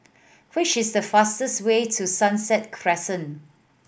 which is the fastest way to Sunset Crescent